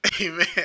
Amen